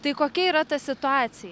tai kokia yra ta situacija